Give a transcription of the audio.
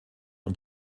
und